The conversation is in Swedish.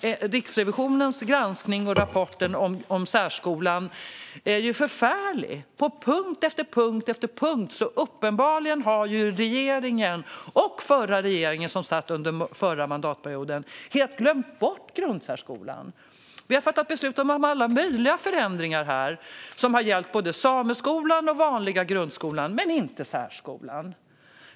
Riksrevisionens granskning och rapporten om särskolan är förfärlig på punkt efter punkt. Uppenbarligen har regeringen och den förra regeringen, som satt under förra mandatperioden, helt glömt bort grundsärskolan. Vi har fattat beslut om alla möjliga förändringar här, som har gällt både sameskolan och vanliga grundskolan, men inte särskolan.